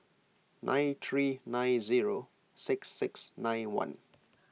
nine three nine zero six six nine one